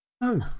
no